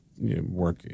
work